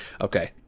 Okay